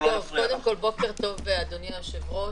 בוקר טוב, אדוני היושב-ראש.